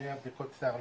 בלי הבדיקות שיער,